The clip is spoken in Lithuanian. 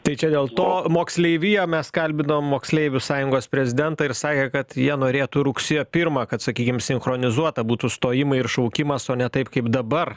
tai čia dėl to moksleiviją mes kalbinom moksleivių sąjungos prezidentą ir sakė kad jie norėtų rugsėjo pirmą kad sakykim sinchronizuota būtų stojimai ir šaukimas o ne taip kaip dabar